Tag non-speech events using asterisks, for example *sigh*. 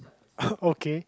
*laughs* okay